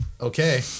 Okay